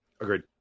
Agreed